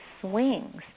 swings